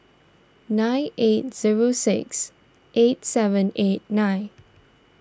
nine eight zero six eight seven eight nine